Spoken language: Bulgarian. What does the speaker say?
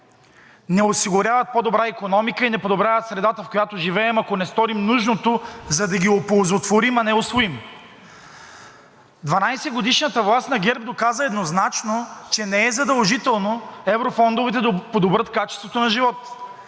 не осигуряват по-добра икономика и не подобряват средата, в която живеем, ако не сторим нужното, за да ги оползотворим, а не усвоим. Дванадесетгодишната власт на ГЕРБ доказа еднозначно, че не е задължително еврофондовете да подобрят качеството на живот,